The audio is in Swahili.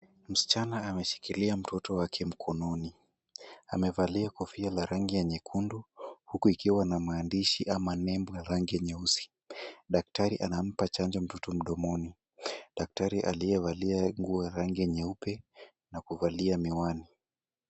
Msichana ameshikilia mtoto wake mkononi, amevalia kofia la rangi ya nyekundu huku ikiwa na maandishi ama nembo ya rangi nyeusi. Daktari anampa chanjo mtoto mdomoni. Daktari aliyevalia nguo ya rangi nyeupe na kuvalia miwani.